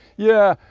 yeah,